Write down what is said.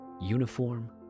uniform